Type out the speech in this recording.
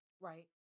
Right